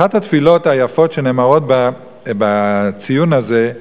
אחת התפילות היפות שנאמרות בציון הזה,